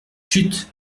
chut